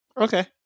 Okay